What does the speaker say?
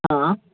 हां